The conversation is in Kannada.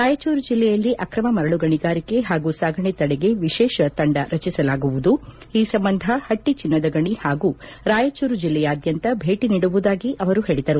ರಾಯಚೂರು ಜಿಲ್ಲೆಯಲ್ಲಿ ಅಕ್ರಮ ಮರಳು ಗಣಿಗಾರಿಕೆ ಹಾಗೂ ಸಾಗಣೆ ತಡೆಗೆ ವಿಶೇಷ ತಂಡ ರಚಿಸಲಾಗುವುದು ಈ ಸಂಬಂಧ ಪಟ್ಟಿ ಚಿನ್ನದ ಗಣಿ ಹಾಗೂ ರಾಯಚೂರು ಜಿಲ್ಲೆಯಾದ್ಯಂತ ಭೇಟಿ ನೀಡುವುದಾಗಿ ಅವರು ಹೇಳಿದರು